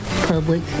Public